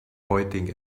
pointing